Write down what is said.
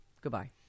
Goodbye